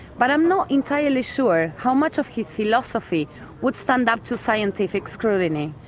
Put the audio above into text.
but i'm not entirely sure how much of his philosophy would stand up to scientific scrutiny,